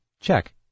check